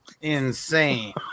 Insane